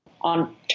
on